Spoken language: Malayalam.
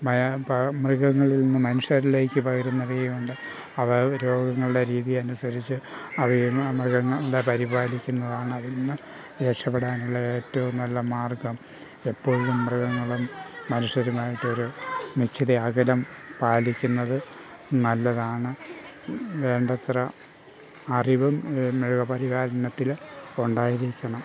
മയ മൃഗങ്ങളിൽ നിന്നും മനുഷ്യരിലേക്ക് പകരുന്നവയുണ്ട് അതാത് രോഗങ്ങളുടെ രീതി അനുസരിച്ച് അവയെ മൃഗങ്ങളുടെ പരിപാലിക്കുന്നതാണ് അതിൽ നിന്ന് രക്ഷപ്പെടാനുള്ള ഏറ്റവും നല്ല മാർഗ്ഗം എപ്പോഴും മൃഗങ്ങളും മനുഷ്യരുമായിട്ടൊരു നിശ്ചിതം അകലം പാലിക്കുന്നത് നല്ലതാണ് വേണ്ടത്ര അറിവും മൃഗപരിപാലനത്തിൽ ഉണ്ടായിരിക്കണം